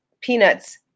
Peanuts